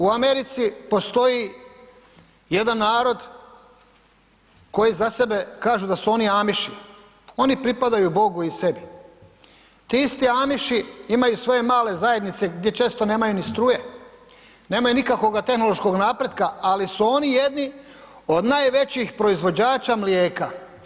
U Americi postoji jedan narod koji za sebe kažu da su oni Amiši, oni pripadaju Bogu i sebi, ti isti Amiši imaju svoje male zajednice gdje često nemaju ni struje, nemaju nikakvoga tehnološkoga napretka, ali su oni jedni od najvećih proizvođača mlijeka.